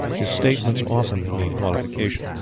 his statements often need qualification,